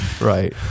Right